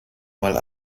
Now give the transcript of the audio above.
mal